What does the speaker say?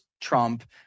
Trump